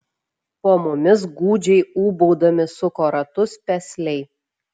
po mumis gūdžiai ūbaudami suko ratus pesliai